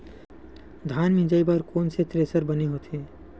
धान मिंजई बर कोन से थ्रेसर बने होथे?